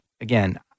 again